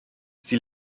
sie